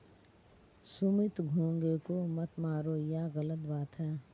सुमित घोंघे को मत मारो, ये गलत बात है